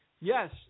Yes